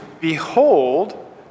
behold